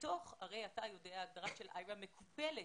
הרי אתה יודע שהגדרה של איירה מטופלת,